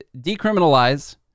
decriminalize